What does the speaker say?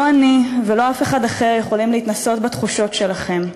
לא אני ולא אף אחד אחר יכולים להתנסות בתחושות שלכם.